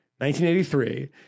1983